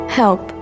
help